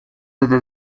desde